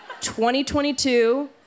2022